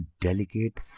delicate